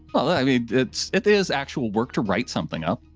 i mean it's, it is actual work to write something up.